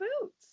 boots